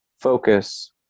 focus